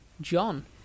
John